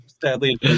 Sadly